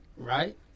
Right